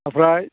ओमफ्राय